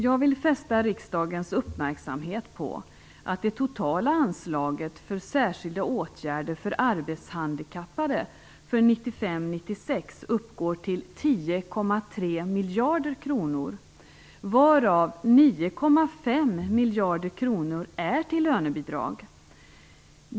Jag vill fästa riksdagens uppmärksamhet på att det totala anslaget för särskilda åtgärder för arbetshandikappade för 1995/96 uppgår till 10,3 miljarder kronor, varav 9,5 miljarder kronor går till lönebidrag.